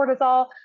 cortisol